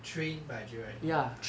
trained by J_Y_P